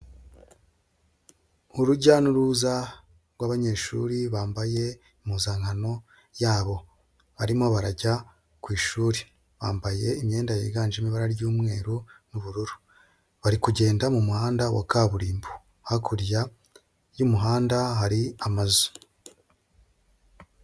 Urujya n'uruza rw'abanyeshuri bambaye impuzankano yabo. Barimo barajya ku ishuri. Bambaye imyenda yiganjemo ibara ry'umweru n'ubururu. Bari kugenda mu muhanda wa kaburimbo. Hakurya y'umuhanda, hari amazu.